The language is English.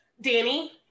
Danny